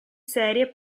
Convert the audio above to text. serie